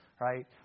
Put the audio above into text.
right